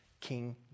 King